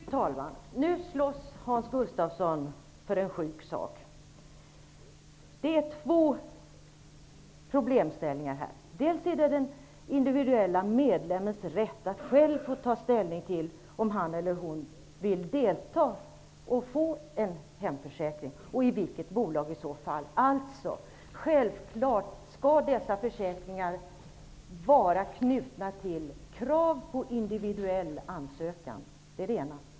Fru talman! Nu slåss Hans Gustafsson för en sjuk sak. Det är här fråga om två problemställningar. Först och främst handlar det om den individuella medlemmens rätt att ta ställning till om han eller hon vill ha en hemförsäkring, och i så fall i vilket bolag. Självfallet skall dessa försäkringar vara knutna till krav på individuell ansökan. Det är det ena.